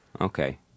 Okay